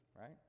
right